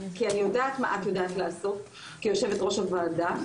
כי אני יודעת מה את יודעת לעשות כיושבת-ראש הוועדה,